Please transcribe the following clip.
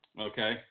Okay